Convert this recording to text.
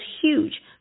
huge